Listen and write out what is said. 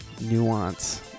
nuance